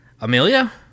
Amelia